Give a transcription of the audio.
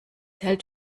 hält